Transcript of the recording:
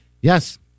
Yes